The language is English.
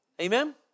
Amen